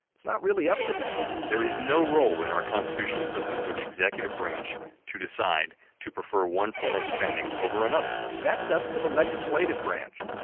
it's not really up to them there is no role in our constitutional system for the executive branch to decide to prefer one form of spending over another that's up to the legislative branch.